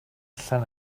allan